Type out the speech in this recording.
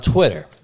Twitter